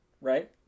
Right